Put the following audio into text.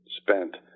spent